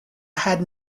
had